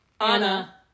Anna